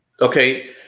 Okay